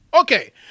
Okay